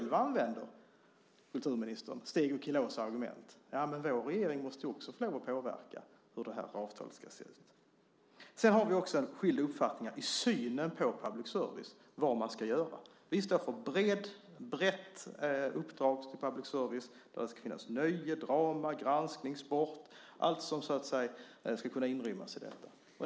Hon använder ju själv Stegö Chilòs argument: Vår regering måste också få lov att påverka hur det här avtalet ska se ut. Vi har också skilda uppfattningar när det gäller synen på public service, på vad man ska göra. Vi står för ett brett uppdrag till public service. Där ska finnas nöje, drama, granskning, sport - ja, allt ska kunna inrymmas där.